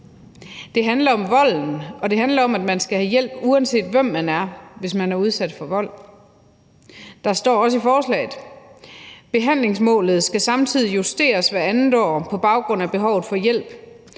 Det handler om vold, og det handler om, at man skal have hjælp, uanset hvem man er, hvis man er udsat for vold. Der står i forslaget: »Behandlingsmålet skal samtidig justeres hver andet år på baggrund af behovet for hjælp.